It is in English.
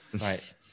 Right